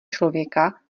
člověka